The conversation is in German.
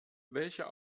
welche